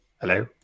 hello